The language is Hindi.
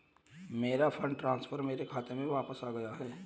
मेरा फंड ट्रांसफर मेरे खाते में वापस आ गया है